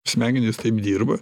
smegenys taip dirba